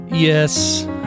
Yes